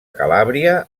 calàbria